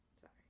Sorry